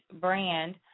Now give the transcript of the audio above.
brand